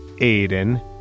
Aiden